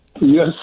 Yes